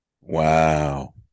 Wow